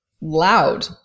loud